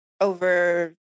over